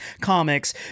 comics